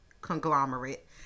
conglomerate